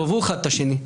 תאהבו אחד את השני,